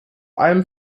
allem